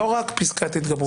לא רק פסקת התגברות.